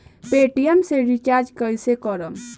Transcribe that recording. Paytm से recharge कईसे करम?